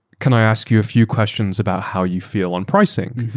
can i ask you a few questions about how you feel on pricing?